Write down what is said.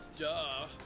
Duh